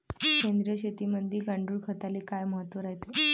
सेंद्रिय शेतीमंदी गांडूळखताले काय महत्त्व रायते?